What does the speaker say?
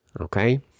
Okay